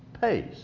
pays